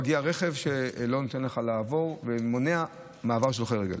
מגיע רכב שלא נותן לך לעבור ומונע מעבר של הולכי רגל.